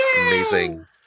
Amazing